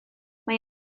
mae